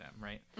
right